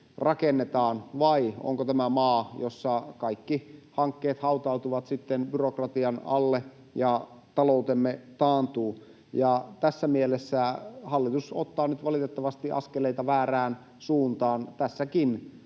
rakennetaan, vai onko tämä maa, jossa kaikki hankkeet hautautuvat byrokratian alle ja taloutemme taantuu? Tässä mielessä hallitus ottaa nyt valitettavasti askeleita väärään suuntaan, tässäkin